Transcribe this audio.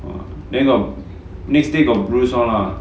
!wah! then got next day got bruise all lah